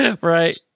Right